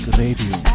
radio